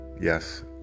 Yes